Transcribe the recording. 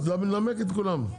נמק את כולם.